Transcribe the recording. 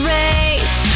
race